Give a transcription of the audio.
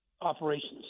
operations